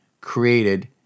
created